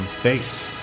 face